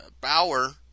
Bauer